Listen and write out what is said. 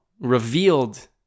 revealed